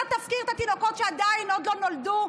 אתה תפקיר את התינוקות שעוד לא נולדו,